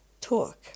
talk